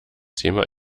thema